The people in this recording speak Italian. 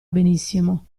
benissimo